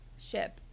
Ship